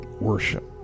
worship